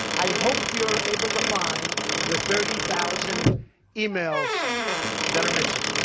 i hope you're able to find the thirty thousand emails that are missing.